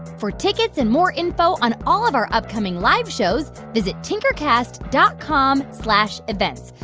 for tickets and more info on all of our upcoming live shows, visit tinkercast dot com slash events.